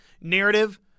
narrative